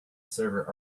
server